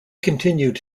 continued